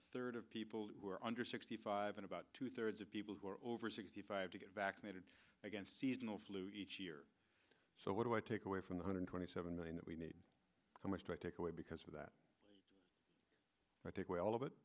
third of people who are under sixty five and about two thirds of people who are over sixty five get vaccinated against seasonal flu each year so what do i take away from one hundred twenty seven million that we need so much to take away because of that i think well of it